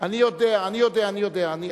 אני יודע, אני יודע, אני יודע.